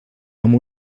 amb